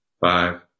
five